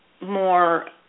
more